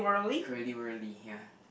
curly wurly ya